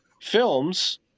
films